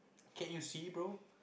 can you see bro